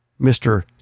Mr